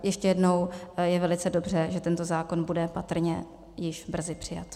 Ještě jednou, je velice dobře, že tento zákon bude patrně již brzy přijat.